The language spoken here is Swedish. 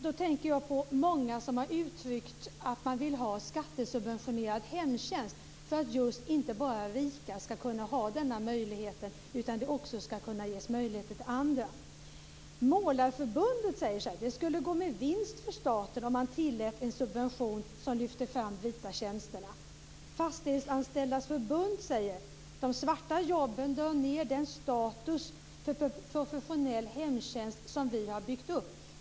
Då tänker jag på många som har uttryckt att de vill ha skattesubventionerad hemtjänst för att just inte bara rika ska kunna ha denna möjlighet utan för att den också ska kunna ges till andra. Målarförbundet säger så här: Det skulle gå med vinst för staten om man tillät en subvention som lyfte fram de vita tjänsterna. Fastighetsanställdas förbund säger: De svarta jobben drar ned den status för professionell hemtjänst som vi har byggt upp.